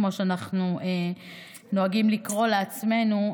כמו שאנחנו נוהגים לקרוא לעצמנו,